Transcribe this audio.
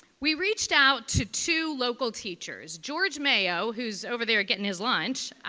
we reached out to two local teachers, george mayo who's over there getting his lunch,